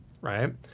right